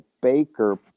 Baker